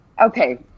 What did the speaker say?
Okay